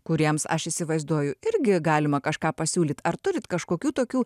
kuriems aš įsivaizduoju irgi galima kažką pasiūlyt ar turit kažkokių tokių